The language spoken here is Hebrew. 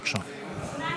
בבקשה.